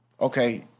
okay